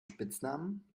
spitznamen